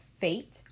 fate